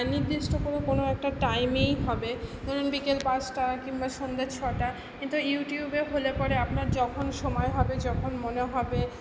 নির্দিষ্ট কোনো কোনো একটা টাইমেই হবে ধরুন বিকেল পাঁচটা কিংবা সন্ধে ছটা কিন্তু ইউটিউবে হলে পরে আপনার যখন সময় হবে যখন মনে হবে